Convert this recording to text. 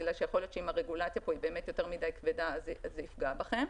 בגלל שיכול להיות שאם הרגולציה פה היא יותר מדי כבדה אז זה יפגע בכם.